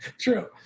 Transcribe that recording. true